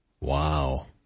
Wow